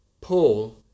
Paul